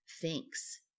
thinks